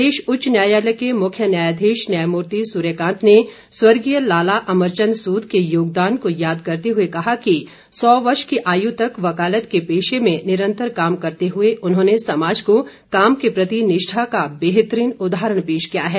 प्रदेश उच्च न्यायालय के मुख्य न्यायाधीश न्यायमूर्ति सूर्यकांत ने स्वर्गीय लाला अमरचंद सूद के योगदान को याद करते हुए कहा कि सौ वर्ष की आयु तक वकालत के पेशे में निरंतर काम करते हुए उन्होंने समाज को काम के प्रति निष्ठा का बेहतरीन उदाहरण पेश किया है